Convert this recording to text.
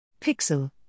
Pixel